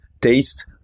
taste